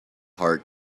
heart